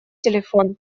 телефон